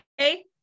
Okay